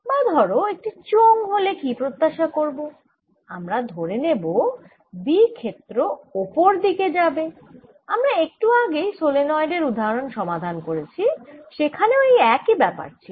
বা ধরো একটি চোঙ হলে কি প্রত্যাশা করব আমরা ধরে নেব B ক্ষেত্র ওপর দিকে যাবে আমরা একটু আগেই সলেনয়েডের উদাহরন সমাধান করেছি সেখানেও এই একই ব্যাপার ছিল